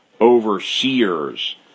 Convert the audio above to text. overseers